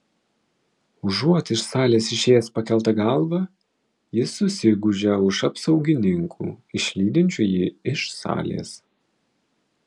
užuot iš salės išėjęs pakelta galva jis susigūžia už apsaugininkų išlydinčių jį iš salės